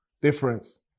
difference